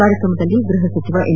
ಕಾರ್ಯಕ್ರಮದಲ್ಲಿ ಗೃಹ ಸಚಿವ ಎಂ